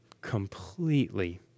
completely